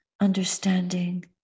understanding